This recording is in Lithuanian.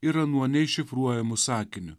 ir anuo neiššifruojamu sakiniu